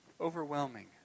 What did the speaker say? overwhelming